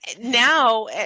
now